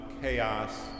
chaos